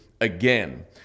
again